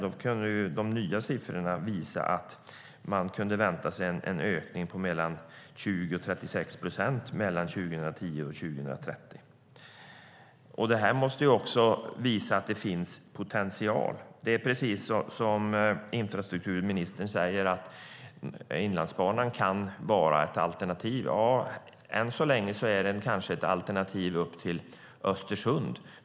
Då kunde de nya siffrorna visa att man kunde vänta sig en ökning på mellan 20 och 36 procent mellan 2010 och 2030. Det måste visa att det finns potential. Det är precis som infrastrukturministern säger: Inlandsbanan kan vara ett alternativ. Ja, än så länge är den kanske ett alternativ upp till Östersund.